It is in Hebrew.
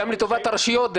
ולטובת השלטון המקומי.